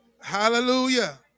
Hallelujah